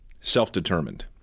self-determined